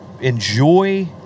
enjoy